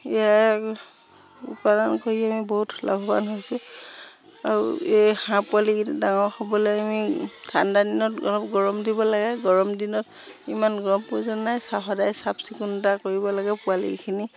উৎপাদন কৰি আমি বহুত লাভবান হৈছোঁ আৰু এই হাঁহ পোৱালিকেইটা ডাঙৰ হ'বলৈ আমি ঠাণ্ডা দিনত অলপ গৰম দিব লাগে গৰম দিনত ইমান গৰম প্ৰয়োজন নাই চাফ সদায় চাফ চিকুণতা কৰিব লাগে পোৱালিখিনি